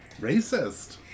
Racist